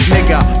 Nigga